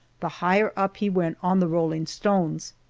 the higher up he went on the rolling stones.